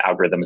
algorithms